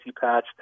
patch